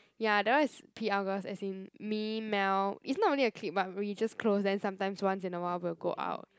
yea that one is p_l girls as in me Mel is not really a clique but we just close then sometimes once in awhile we'll go out